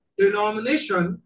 denomination